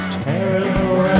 terrible